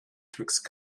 twixt